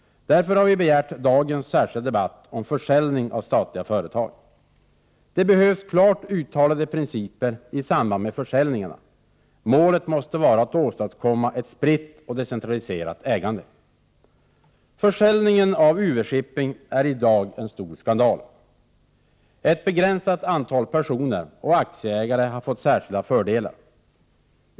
Därför har vi begärt dagens särskilda debatt om försäljning av statliga företag. Det behövs klart uttalade principer i samband med försäljningar. Målet måste vara att åstadkomma ett spritt och decentraliserat ägande. Försäljningen av UV-Shipping är i dag en stor skandal. Ett begränsat antal personer och aktieägare har fått särskilda fördelar.